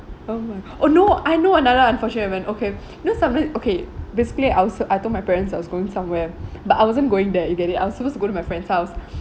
oh my oh no I know another unfortunate event okay you know some it okay basically also I told my parents I was going somewhere but I wasn't going there you get it I was supposed to go to my friend's house